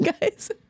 guys